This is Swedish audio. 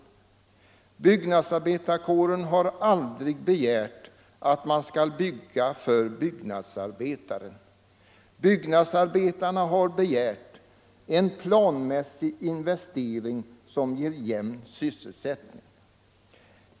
Byggnadsarbetarkåren har aldrig begärt att man skall bygga för byggnadsarbetaren. Byggnadsarbetarna har begärt en planmässig investering som ger jämn sysselsättning.